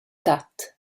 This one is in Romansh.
tat